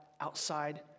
outside